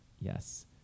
Yes